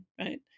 right